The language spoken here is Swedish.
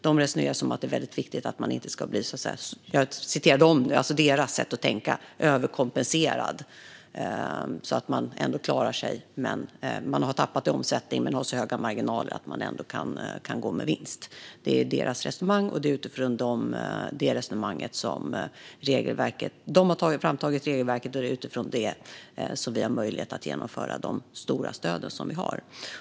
De resonerar som att det är viktigt att man inte ska bli överkompenserad - det är EU:s sätt att tänka - det vill säga att man har tappat i omsättning men har så höga marginaler att man ändå kan gå med vinst. Det är deras resonemang. De har tagit fram regelverket, och det är utifrån det som vi har möjlighet att utbetala de stora stöd som finns.